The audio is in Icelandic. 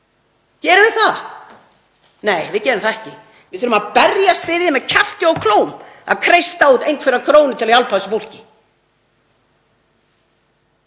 Gerum við það? Nei, við gerum það ekki. Við þurfum að berjast fyrir því með kjafti og klóm að kreista út einhverjar krónur til að hjálpa fólki.